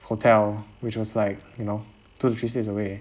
hotel which was like you know two to three states away